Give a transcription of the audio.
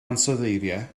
ansoddeiriau